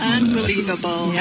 Unbelievable